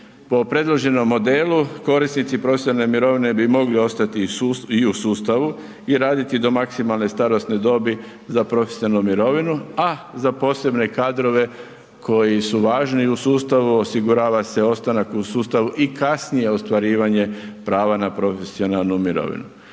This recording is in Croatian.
Po predloženom modelu koristiti profesionalne mirovine bi mogli ostati i u sustavu i raditi do maksimalne starosne dobi za profesionalnu mirovinu, a za posebne kadrove koji su važni i u sustavu osigurava se ostanak u sustavu i kasnije ostvarivanje prava na profesionalnu mirovinu.